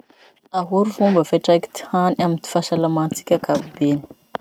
Ahoa ty fomba fiantraiky ty hany amy fahasalamatsika ankapobeny?